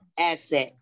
asset